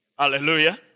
Hallelujah